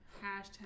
Hashtag